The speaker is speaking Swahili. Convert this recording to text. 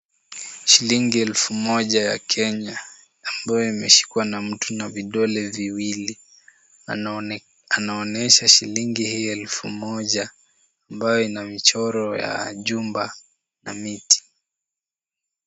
Shilingi elfu moja ya Kenya ambayo imeshikwa na mtu na vidole viwili. Anaonyesha shilingi hii elfu moja ambayo ina michoro ya jumba na miti.